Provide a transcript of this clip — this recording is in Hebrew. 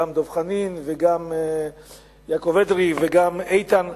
גם דב חנין וגם יעקב אדרי וגם איתן כבל,